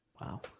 Wow